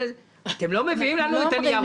אתם לא מביאים לנו את הניירות.